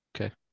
Okay